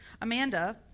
Amanda